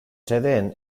sede